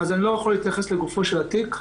אני לא יכול להתייחס לגופו של התיק.